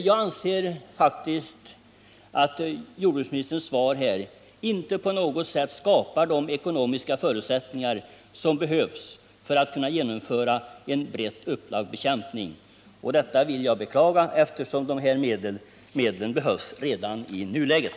Jag anser att jordbruksministerns svar här inte på något sätt skapar de ekonomiska förutsättningar som behövs för att genomföra en brett upplagd bekämpning. Detta vill jag beklaga, eftersom dessa medel behövs redan i nuläget.